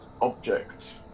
object